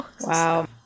Wow